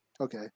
Okay